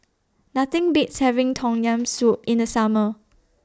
Nothing Beats having Tom Yam Soup in The Summer